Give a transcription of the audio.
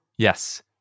Yes